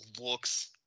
looks